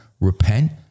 Repent